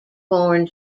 born